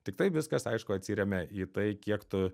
tiktai viskas aišku atsiremia į tai kiek tu